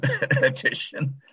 edition